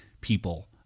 people